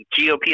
GOP